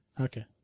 Okay